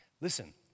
listen